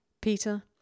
Peter